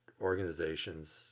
organizations